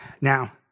Now